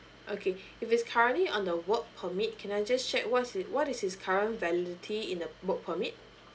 okay if he's currently on the work permit can I just check what's the what is his current validity in the work permit